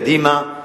קדימה,